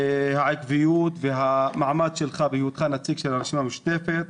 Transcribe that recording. העקביות והמעמד שלך בהיותך נציג של הרשימה המשותפת,